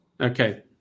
Okay